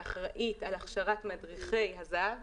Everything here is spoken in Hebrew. שאחראית על הכשרת מדריכי הזה"ב,